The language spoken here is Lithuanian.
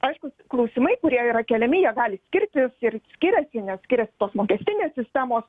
aiškūs klausimai kurie yra keliami jie gali skirtis ir skiriasi nes skiriasi tos mokestinės sistemos